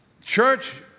Church